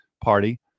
party